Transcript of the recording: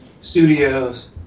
studios